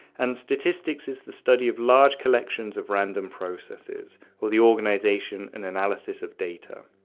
and statistics is the study of large collections of random processes or the organisation and analysis of data.